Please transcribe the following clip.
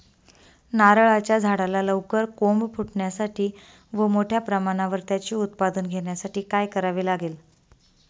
नारळाच्या झाडाला लवकर कोंब फुटण्यासाठी व मोठ्या प्रमाणावर त्याचे उत्पादन घेण्यासाठी काय करावे लागेल?